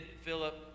Philip